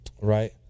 Right